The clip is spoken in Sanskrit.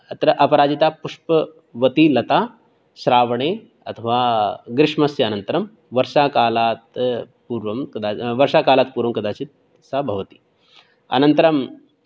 अत्र अपराजिता पुष्पवती लता श्रावणे अथवा ग्रीष्मस्य अनन्तरं वर्षाकालात् पूर्वं तदा वर्षाकालात् पूर्वं कदाचित् सा भवति अनन्तरं